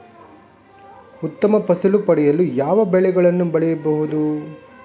ಉತ್ತಮ ಫಸಲು ಪಡೆಯಲು ಯಾವ ಬೆಳೆಗಳನ್ನು ಬೆಳೆಯಬೇಕು?